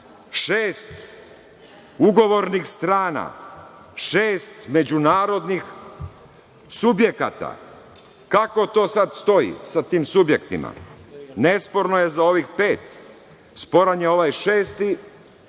šest ugovornih strana, šest međunarodnih subjekata. Kako to sad stoji sa tim subjektima? Nesporno je za ovih pet. Sporan je ovaj šesti.